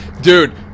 Dude